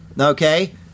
Okay